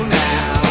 now